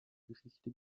geschichte